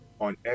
on